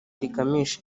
rigamije